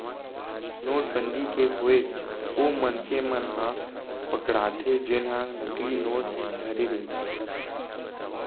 नोटबंदी के होय ओ मनसे मन ह पकड़ाथे जेनहा नकली नोट धरे रहिथे